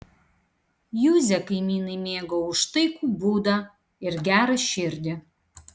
juzę kaimynai mėgo už taikų būdą ir gerą širdį